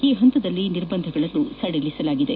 ಈ ಹಂತದಲ್ಲಿ ನಿರ್ಬಂಧಗಳನ್ನು ಸಡಿಲಿಸಲಾಗಿದೆ